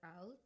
out